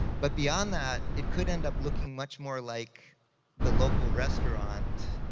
but beyond that, it could end up looking much more like the local restaurant,